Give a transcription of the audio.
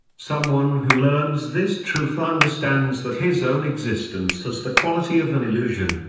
someone who learns this truth understands that his own existence has the quality of an illusion,